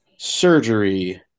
surgery